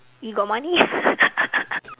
you got money